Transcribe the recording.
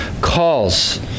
calls